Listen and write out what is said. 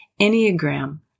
Enneagram